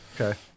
Okay